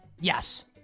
Yes